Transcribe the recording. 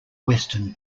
western